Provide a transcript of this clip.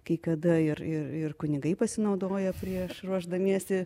kai kada ir ir ir kunigai pasinaudoja prieš ruošdamiesi